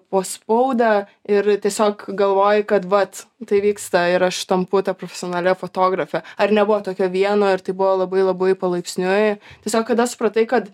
po spaudą ir tiesiog galvoji kad vat tai vyksta ir aš tampu ta profesionalia fotografe ar nebuvo tokio vieno ir tai buvo labai labai palaipsniui tiesiog kada supratai kad